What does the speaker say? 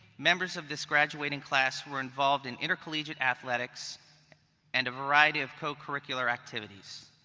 members of this graduating class were involved in intercollegiate athletics and a variety of co-curricular activities.